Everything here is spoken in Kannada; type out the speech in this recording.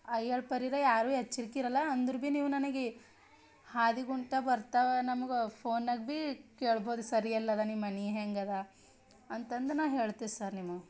ಆಯಳ್ಪರಿರೆ ಯಾರೂ ಎಚ್ಚರ್ಕೆ ಇರಲ್ಲ ಅಂದರು ಭೀ ನೀವು ನನಗೆ ಹಾದಿಗುಂಟ ಬರ್ತಾ ನಮಗೆ ಫೋನಾಗ ಭೀ ಕೇಳ್ಬೋದು ಸರ್ ಎಲ್ಲಿ ಅದ ನಿಮ್ಮ ಮನೆ ಹೆಂಗೆ ಅದ ಅಂತಂದ್ರೆ ನಾವು ಹೇಳ್ತೀವಿ ಸರ್ ನಿಮಗೆ